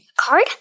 card